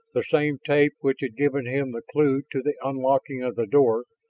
the same tape which had given him the clue to the unlocking of the door,